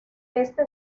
esta